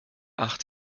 acht